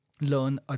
learn